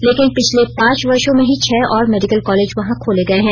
लेकिन पिछले पांच वर्षो में ही छह और मेडिकल कॉलेज वहां खोले गए हैं